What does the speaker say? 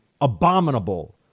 abominable